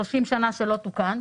שבמשך 30 שנים לא תוקן.